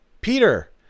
Peter